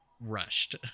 rushed